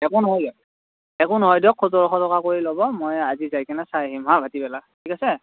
একো নহয় দিয়ক একো নহয় দিয়ক সোতৰশ টকা কৰি ল'ব মই আজি যাই কেনে চাই আহিম হা ভাটিবেলা ঠিক আছে